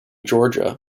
georgia